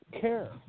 care